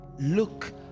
Look